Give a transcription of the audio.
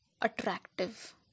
attractive